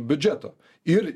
biudžeto ir